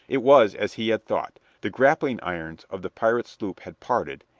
it was as he had thought the grappling irons of the pirate sloop had parted,